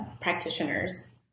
practitioners